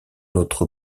notre